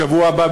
בשבוע הבא,